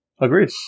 Agreed